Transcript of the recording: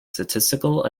statistical